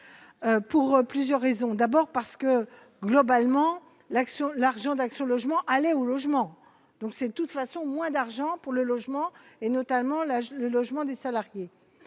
pour plusieurs raisons : d'abord parce que globalement l'action l'argent d'Action Logement, aller au logement, donc c'est de toute façon, moins d'argent pour le logement et notamment l'âge, le logement des salariés,